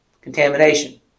Contamination